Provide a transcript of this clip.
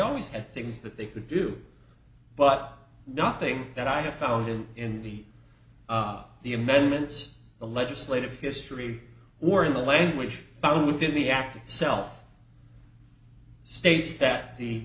always had things that they could do but nothing that i have found in the the amendments the legislative history or in the language found within the act itself states that the